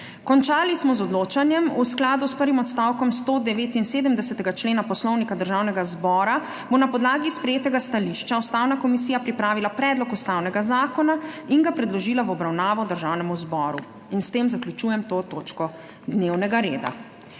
Končali smo z odločanjem. V skladu s prvim odstavkom 179. člena Poslovnika Državnega zbora bo na podlagi sprejetega stališča Ustavna komisija pripravila predlog ustavnega zakona in ga predložila v obravnavo Državnemu zboru. S tem zaključujem to točko dnevnega reda.